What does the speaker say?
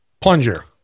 Plunger